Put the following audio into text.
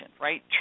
right